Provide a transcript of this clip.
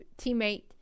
teammate